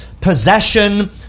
possession